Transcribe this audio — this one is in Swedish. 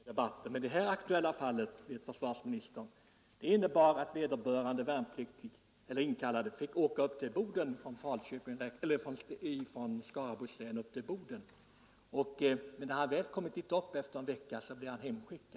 Herr talman! Jag ber om överseende för att jag förlänger debatten. Det här aktuella fallet innebar att vederbörande värnpliktig fick åka från Skaraborgs län till Boden. När han väl kommit dit blev han hemskickad efter en vecka.